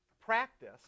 practice